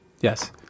Yes